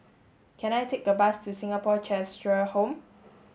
can I take a bus to Singapore Cheshire Home